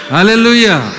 Hallelujah